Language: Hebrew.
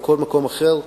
או כל מקום אחר,